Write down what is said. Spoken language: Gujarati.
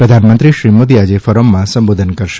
પ્રધાનમંત્રી શ્રી મોદી આજે ફોરમમાં સંબોધન કરશે